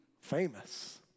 famous